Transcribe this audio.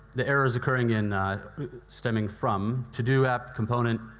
the errors occurring in stemming from to-do app, component,